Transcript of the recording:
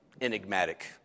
enigmatic